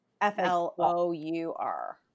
F-L-O-U-R